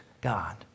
God